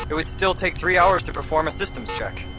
it would still take three hours to perform a systems check